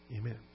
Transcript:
Amen